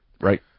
Right